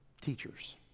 teachers